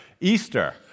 Easter